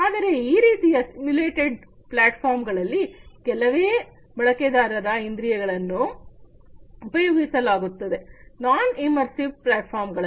ಆದರೆ ಈ ರೀತಿಯ ಸಿಮುಲೇಟೆಡ್ ಪ್ಲಾಟ್ಫಾರ್ಮ್ ಗಳಲ್ಲಿ ಬಳಕೆದಾರರ ಕೆಲವೇ ಇಂದ್ರಿಯಗಳನ್ನು ಉಪಯೋಗಿಸಲಾಗುತ್ತದೆ ನಾನ್ ಇಮರ್ಸಿವ್ ಫಾರಂಗಳಲ್ಲಿ